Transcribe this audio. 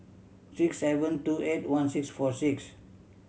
six seven two eight one six four six